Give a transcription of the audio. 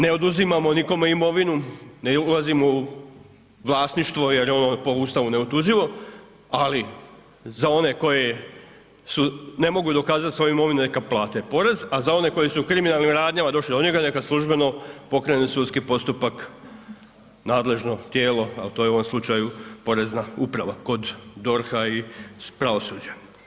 Ne oduzimamo nikome imovinu, ne ulazimo u vlasništvo jer je ono po Ustavu neotuđivo, ali, za one koji ne mogu dokazati svoju imovinu neka plate porez, a za one koji su u kriminalnim radnjama došli do njega, neka službeno pokrene sudski postupak nadležno tijelo, a to je u ovom slučaju porezna uprava, kod DORH-a i pravosuđa.